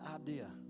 idea